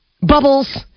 bubbles